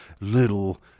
little